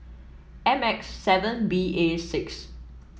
M X seven B A six